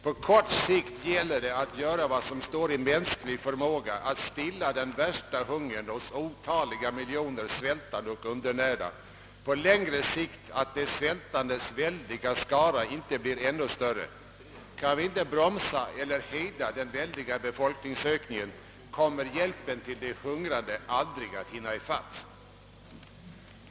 På kort sikt gäller det att göra vad som står i mänsklig förmåga för att stilla den värsta hungern hos de otaliga miljonerna svältande och undernärda, på längre sikt gäller det att vidta åtgärder för att de svältandes väldiga skara inte skall bli ännu större. Kan vi inte hejda den oerhörda befolkningsökningen kommer hjälpen till de hungrande aldrig att hinna ifatt behovet.